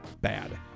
bad